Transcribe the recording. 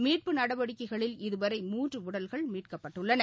மீட்பு நடவடிக்கைகளில் இதுவரை மூன்று உடல்கள் மீட்கப்பட்டுள்ளன